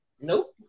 Nope